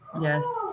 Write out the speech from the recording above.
Yes